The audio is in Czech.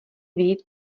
vyjít